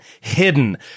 hidden